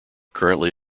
currently